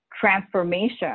transformation